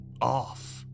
off